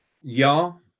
ja